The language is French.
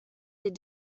des